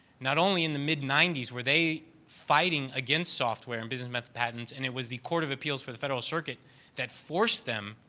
not only in the mid ninety s where they fighting against software and business method patents and it was the court of appeals for the federal circuit that forced them,